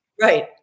Right